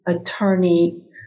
attorney